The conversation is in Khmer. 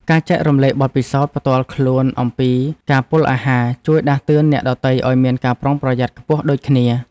ការចែករំលែកបទពិសោធន៍ផ្ទាល់ខ្លួនអំពីការពុលអាហារ ជួយដាស់តឿនអ្នកដទៃឱ្យមានការប្រុងប្រយ័ត្នខ្ពស់ដូចគ្នា។